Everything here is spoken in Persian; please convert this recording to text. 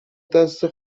دسته